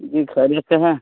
جی خریتے ہیں